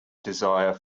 desire